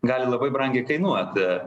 gali labai brangiai kainuoti